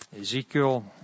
Ezekiel